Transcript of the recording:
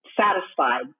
satisfied